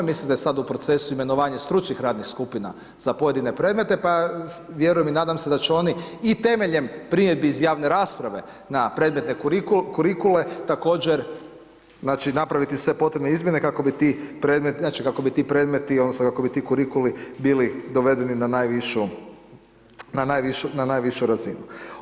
Mislim da je sada u procesu imenovanje stručnih radnih skupina za pojedine predmete, pa vjerujem i nadam se da će oni i temeljem primjedbi iz javne rasprave na predmetne kurikule također napraviti sve potrebne izmjene kako bi ti predmeti, znači kako bi ti predmeti odnosno kako bi ti kurikuli biti dovedeni na najvišu razinu.